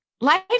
Life